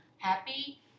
Happy